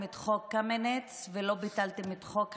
את חוק קמיניץ ולא ביטלתם את חוק הלאום,